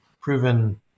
proven